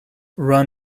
run